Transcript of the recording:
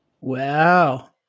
Wow